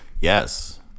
Yes